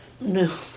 No